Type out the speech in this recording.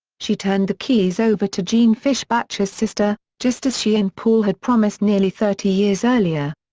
she turned the keys over to jean fischbacher's sister, just as she and paul had promised nearly thirty years earlier.